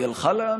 היא הלכה לאנשהו?